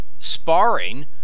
sparring